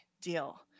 deal